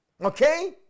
Okay